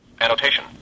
Annotation